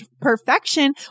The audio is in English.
perfection